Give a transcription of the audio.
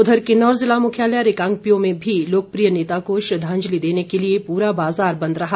उधर किन्नौर जिला मुख्यालय रिकांगपिओ में भी लोकप्रिय नेता को श्रद्धांजलि देने के लिए पूरा बाजार बंद रहा